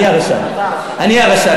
אני, אני הרשע, אני הרשע.